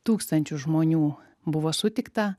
tūkstančių žmonių buvo sutikta